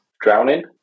Drowning